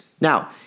Now